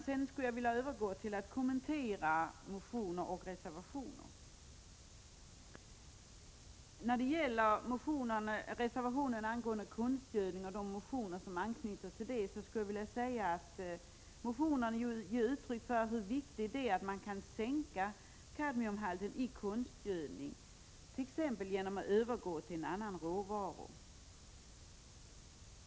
Jag skall nu övergå till att kommentera motioner och reservationer. I reservationen och motionerna om konstgödning ges uttryck för hur viktigt det är att sänka kadmiumhalten i konstgödning, t.ex. genom övergång till andra råvaror.